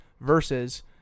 versus